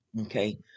Okay